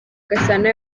gasana